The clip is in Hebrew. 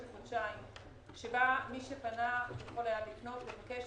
של חודשיים שבה מי שפנה יכול היה לפנות ולבקש,